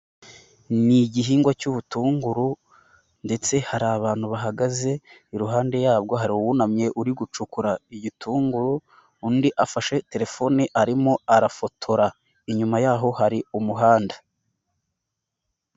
Ni igihingwa cy'ubutunguru ndetse hari abantu bahagaze, iruhande yabwo hari uwunamye uri gucukura igitunguru, undi afashe telefoni arimo arafotora, inyuma yaho hari umuhanda.